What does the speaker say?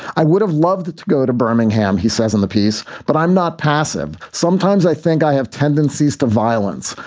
i would have loved to go to birmingham, he says in the piece. but i'm not passive. sometimes i think i have tendencies to violence.